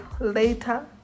later